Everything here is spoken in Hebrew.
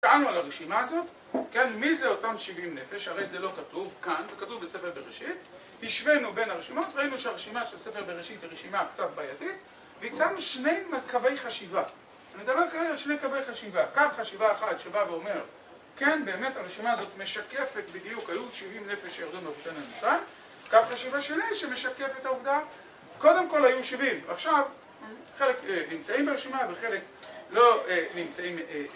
‫שאלנו על הרשימה הזאת, ‫כן, מי זה אותם 70 נפש? ‫הרי זה לא כתוב כאן, ‫זה כתוב בספר בראשית. ‫השווינו בין הרשימות, ראינו שהרשימה ‫של ספר בראשית היא רשימה קצת בעייתית, ‫והצענו שני קווי חשיבה. ‫אני מדבר כרגע על שני קווי חשיבה. ‫קו חשיבה אחד שבא ואומר, ‫כן, באמת הרשימה הזאת משקפת בדיוק, ‫היו 70 נפש שירדו ... מצרים. ‫קו חשיבה שני שמשקף את העובדה, ‫קודם כול היו 70. ‫עכשיו, חלק נמצאים ברשימה ‫וחלק לא נמצאים...